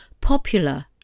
Popular